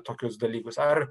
tokius dalykus ar